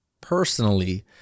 personally